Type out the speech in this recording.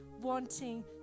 wanting